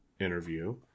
interview